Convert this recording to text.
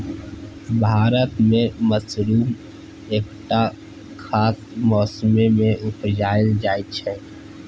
भारत मे मसरुम एकटा खास मौसमे मे उपजाएल जाइ छै